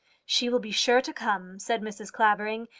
she will be sure to come, said mrs. clavering.